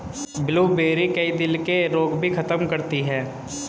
blueberry, कई दिल के रोग भी खत्म करती है